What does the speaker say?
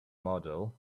model